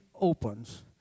opens